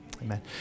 Amen